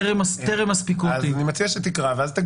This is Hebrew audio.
אני בטוחה שגם היו להם שיקולים כאלה ואחרים למדרג שהם כן קבעו.